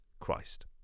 Christ